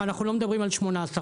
ואנחנו לא מדברים על 8% או 10%,